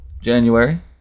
January